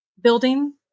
building